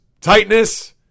tightness